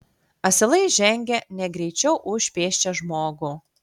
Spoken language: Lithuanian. asilai žengė negreičiau už pėsčią žmogų